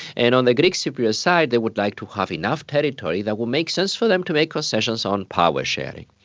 and on the greek cypriot side they would like to have enough territory that will make sense for them to make concessions on power-sharing.